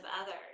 others